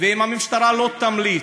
ואם המשטרה לא תמליץ,